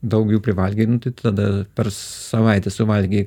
daugiau privalgei nu tai tada per savaitę suvalgyk